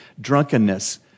drunkenness